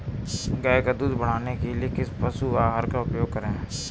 गाय का दूध बढ़ाने के लिए किस पशु आहार का उपयोग करें?